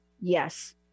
yes